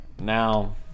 Now